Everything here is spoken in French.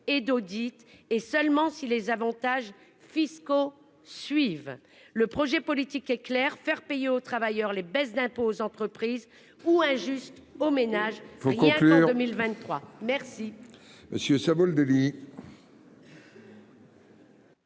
d'audit, et seulement si, les avantages fiscaux suivent le projet politique est clair, faire payer aux travailleurs les baisses d'impôts aux entreprises ou injuste au ménage voyez pour 2023.